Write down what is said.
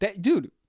Dude